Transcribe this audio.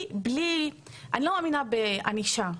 אני לא מאמינה בענישה,